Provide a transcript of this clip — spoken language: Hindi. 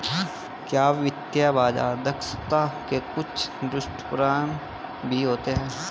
क्या वित्तीय बाजार दक्षता के कुछ दुष्परिणाम भी होते हैं?